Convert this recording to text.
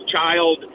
child